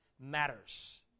matters